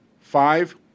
five